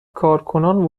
کارکنان